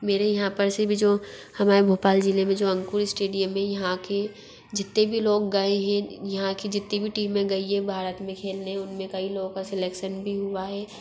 मेरे यहाँ पर से भी जो हमारे भोपाल ज़िले में जो अंकुर इस्टेडियम है यहाँ के जितने भी लोग गए हैं यहाँ की जितनी भी टीमें गई हैं भारत में खेलने उन में कई लोगों का सेलेक्सन भी हुआ है